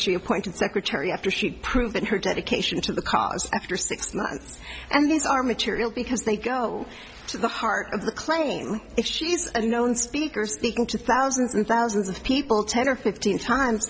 she appointed secretary after she'd proven her dedication to the cause after six months and these are material because they go to the heart of the claim that she's a known speakers seeking to thousands and thousands of people ten or fifteen times